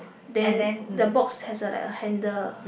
then the box has a like a handle